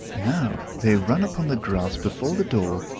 now they run upon the grass before the door.